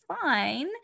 fine